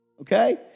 okay